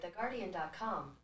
Theguardian.com